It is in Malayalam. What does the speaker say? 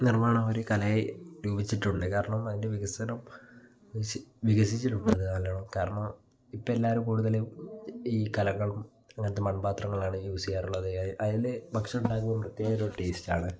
നിർമ്മാണം ഒരു കലയെ രൂപിച്ചിട്ടുണ്ട് കാരണം അതിന്റെ വികസനം വികസിച്ചിട്ടുള്ളത് നല്ലോണോ കാരണമോ ഇപ്പം എല്ലാവരും കൂടുതലും ഈ കലകളും അങ്ങനത്തെ മൺപാത്രങ്ങളാണ് യൂസ് ചെയ്യാറുള്ളത് അയ് അതിൽ ഭക്ഷണം ഉണ്ടാക്കുമ്പം പ്രത്യേകം ഒരു ടേസ്റ്റാണ്